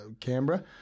Canberra